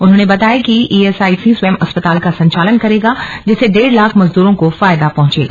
उन्होंने बताया कि ईएसआईसी स्वयं अस्पताल का संचालन करेगा जिससे डेढ़ लाख मजदूरों को फायदा पहुंचेगा